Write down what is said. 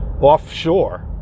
offshore